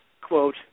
quote